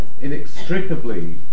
inextricably